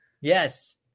yes